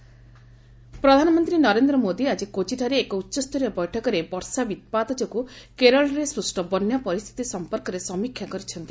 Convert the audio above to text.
PM Kerala ପ୍ରଧାନମନ୍ତ୍ରୀ ନରେନ୍ଦ୍ର ମୋଦି ଆଜି କୋଚିଠାରେ ଏକ ଉଚ୍ଚସ୍ତରୀୟ ବୈଠକରେ ବର୍ଷା ବ୍ୟୁତ୍ପାତ ଯୋଗୁଁ କେରଳରେ ସୃଷ୍ଟ ବନ୍ୟା ପରିସ୍ଥିତି ସମ୍ପର୍କରେ ସମୀକ୍ଷା କରିଛନ୍ତି